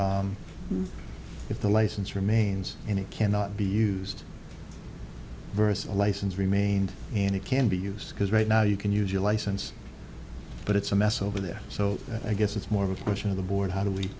if the license remains and it cannot be used versus a license remained and it can be used because right now you can use your license but it's a mess over there so i guess it's more of a question of the board how do we